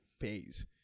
phase